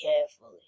carefully